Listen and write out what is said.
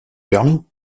permis